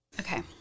Okay